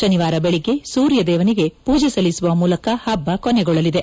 ಶನಿವಾರ ಬೆಳಗ್ಗೆ ಸೂರ್ಯದೇವನಿಗೆ ಪೂಜೆ ಸಲ್ಲಿಸುವ ಮೂಲಕ ಹಬ್ಲ ಕೊನೆಗೊಳ್ಳಲಿದೆ